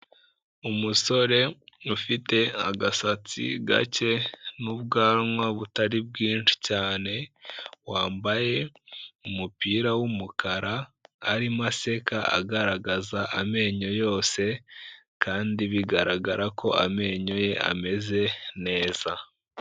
Umusore ufite agasatsi gake, n'ubwanwa butari bwinshi cyane, wambaye umupira w'umukara, arimo aseka agaragaza amenyo yose, kandi bigaragara ko amenyo ye ameze neza.